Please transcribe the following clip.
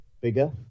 bigger